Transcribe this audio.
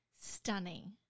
stunning